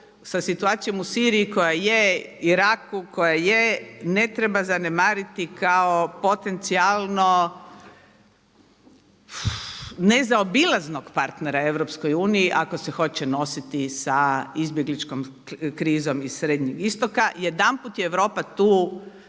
sa situacijom u Siriji i Iraku koja je ne treba zanemariti kao potencijalno nezaobilaznog partnera EU ako se hoće nositi sa izbjegličkom krizom iz Srednjeg istoka. Jedanput je Europa tu